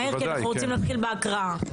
מהר, כי אנחנו רוצים להתחיל בהקראה.